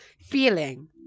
Feeling